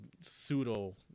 pseudo